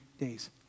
days